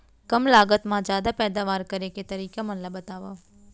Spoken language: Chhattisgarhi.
कम लागत मा जादा पैदावार करे के तरीका मन ला बतावव?